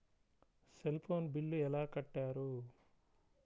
Cell phone bill ఎలా కట్టారు?